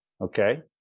okay